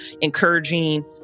encouraging